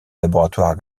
laboratoire